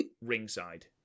ringside